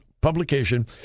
publication